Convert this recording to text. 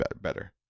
better